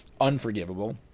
unforgivable